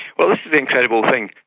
well, this is the incredible thing,